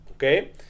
Okay